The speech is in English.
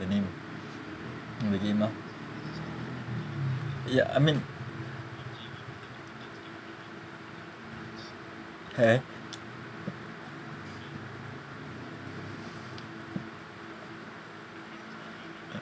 the name the game lah ya I mean okay